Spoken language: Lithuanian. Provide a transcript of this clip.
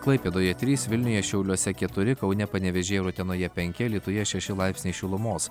klaipėdoje trys vilniuje šiauliuose keturi kaune panevėžyje ir utenoje penki alytuje šeši laipsniai šilumos